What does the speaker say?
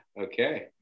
Okay